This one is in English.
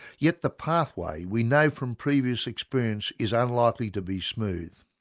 yet the pathway we know from previous experience is unlikely to be smooth.